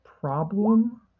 problem